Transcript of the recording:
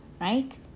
right